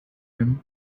him